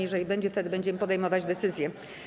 Jeżeli ono będzie, wtedy będziemy podejmować decyzję.